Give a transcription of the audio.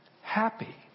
Happy